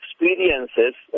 experiences